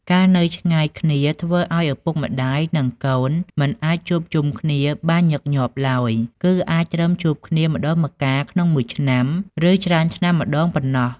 ការនៅឆ្ងាយគ្នាធ្វើឱ្យឪពុកម្ដាយ និងកូនមិនអាចជួបជុំគ្នាបានញឹកញាប់ឡើយ គឺអាចត្រឹមជួបគ្នាម្ដងម្កាលក្នុងមួយឆ្នាំ ឬច្រើនឆ្នាំម្ដងប៉ុណ្ណោះ។